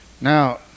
Now